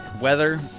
Weather